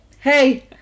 hey